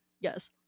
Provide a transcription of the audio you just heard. Yes